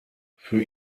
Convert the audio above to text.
für